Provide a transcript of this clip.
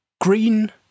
Green